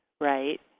right